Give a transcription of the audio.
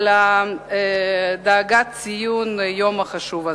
על הדאגה לציון היום החשוב הזה.